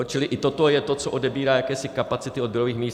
Čili i toto je to, co odebírá jakési kapacity odběrových míst.